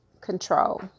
control